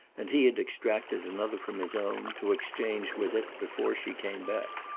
and he had extracted another from his own, to exchange with it, before she came back.